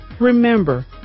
Remember